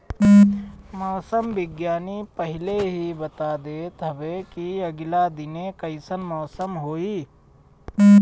मौसम विज्ञानी पहिले ही बता देत हवे की आगिला दिने कइसन मौसम होई